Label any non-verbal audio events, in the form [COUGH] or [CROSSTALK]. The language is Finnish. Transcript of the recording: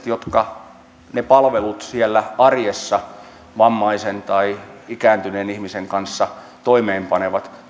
[UNINTELLIGIBLE] jotka ne palvelut siellä arjessa vammaisen tai ikääntyneen ihmisen kanssa toimeenpanevat